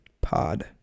pod